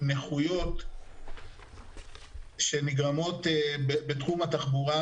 ונכויות שנגרמות בתחום התחבורה,